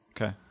Okay